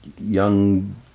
young